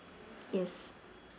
yes